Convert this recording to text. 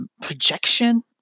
projection